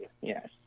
Yes